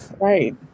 Right